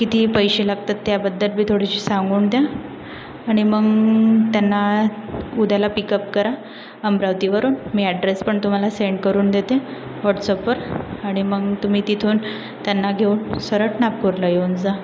किती पैसे लागतात त्याबद्दलबी थोडीशी सांगून द्या आणि मग त्यांना उद्याला पिकअप करा अमरावतीवरून मी अॅड्रेस पण तुम्हाला सेंड करून देते हॉट्सअपवर आणि मग तुम्ही तिथून त्यांना घेऊन सरट नागपूरला येऊन जा